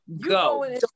go